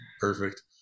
perfect